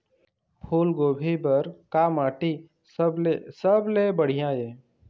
फूलगोभी बर का माटी सबले सबले बढ़िया ये?